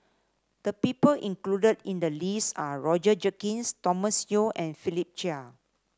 the people included in the list are Roger Jenkins Thomas Yeo and Philip Chia